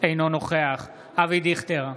אינו נוכח אבי דיכטר,